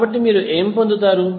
కాబట్టి మీరు ఏమి పొందుతారు